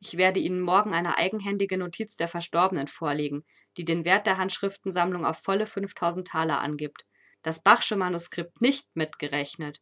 ich werde ihnen morgen eine eigenhändige notiz der verstorbenen vorlegen die den wert der handschriftensammlung auf volle fünftausend thaler angibt das bachsche manuskript nicht mitgerechnet